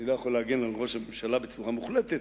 אני לא יכול להגן על ראש הממשלה בצורה מוחלטת,